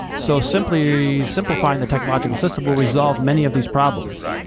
so simply simplifying the technological system will resolve many of these problems.